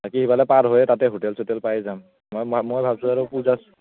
বাকী সিফালে পাৰ হৈয়ে তাতে হোটেল চোটেল পাইয়ে যাম ম মই ভাবিছোঁ আৰু পূজা